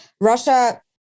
Russia